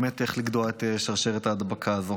איך באמת לגדוע את שרשרת ההדבקה הזו.